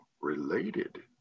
related